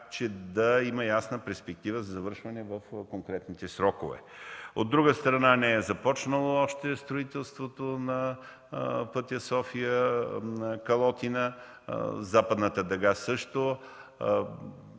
че да има ясна перспектива за завършването му в конкретните срокове. От друга страна, не е започнало още и строителството на пътя София-Калотина, Западната дъга също.